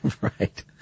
Right